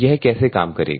यह कैसे काम करेगा